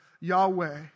Yahweh